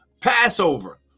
Passover